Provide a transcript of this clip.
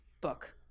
book